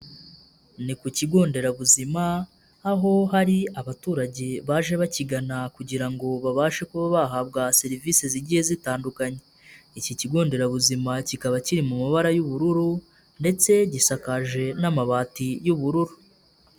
Ni ku kigo nderabuzima, aho hari abaturage baje bakigana kugira ngo babashe kuba bahabwa serivisi zigiye zitandukanyekanya. Iki kigo nderabuzima kikaba kiri mu mabara y'ubururu ndetse gisakaje n'amabati y'ubururu.